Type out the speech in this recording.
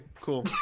cool